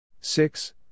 Six